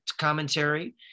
commentary